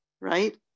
right